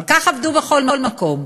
אבל כך עבדו בכל מקום.